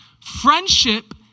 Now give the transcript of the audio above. Friendship